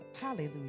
hallelujah